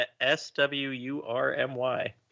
S-W-U-R-M-Y